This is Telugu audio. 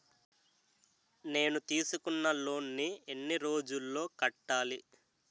నేను తీసుకున్న లోన్ నీ ఎన్ని రోజుల్లో కట్టాలి?